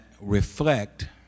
reflect